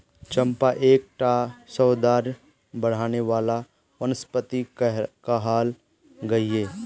चंपा एक टा सौंदर्य बढाने वाला वनस्पति कहाल गहिये